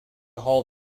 haul